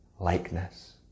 likeness